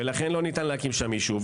ולכן לא ניתן להקים שם יישוב.